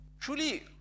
truly